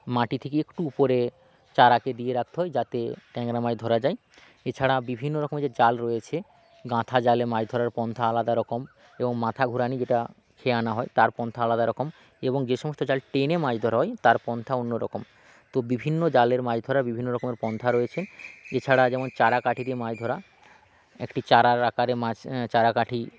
মাটি থেকে একটু উপরে চারাকে দিয়ে রাখতে হয় যাতে ট্যাংরা মাছ ধরা যায় এছাড়া বিভিন্ন রকম যে জাল রয়েছে গাঁথা জলে মাছ ধরার পন্থা আলাদা রকম এবং মাথা ঘুরানি যেটা সেয়ানা হয় তার পন্থা আলাদা রকম এবং যে সমস্ত জাল টেনে মাছ ধরা হয় তার পন্থা অন্য রকম তো বিভিন্ন জালের মাছ ধরার বিভিন্ন রকমের পন্থা রয়েছে এছাড়া যেমন চারা কাঠি দিয়ে মাছ ধরা একটি চারার আকারে মাছ চারা কাঠি